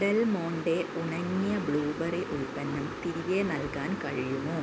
Del Monte ഉണങ്ങിയ blueberry ഉൽപ്പന്നം തിരികെ നൽകാൻ കഴിയുമോ